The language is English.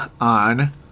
on